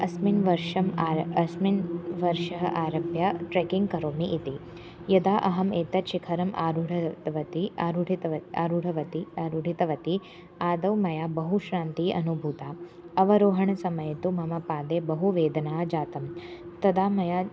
अस्मिन् वर्षे आरुह्य अस्मात् वर्षात् आरभ्य ट्रेकिङ्ग् करोमि इति यदा अहम् एतद् शिखरम् आरूढवती आरूढवती आरूढवती आरूढवती आदौ मया बहु श्रान्तिः अनुभूता अवरोहणसमये तु मम पादे बहु वेदना जाता तदा मया